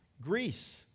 Greece